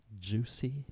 juicy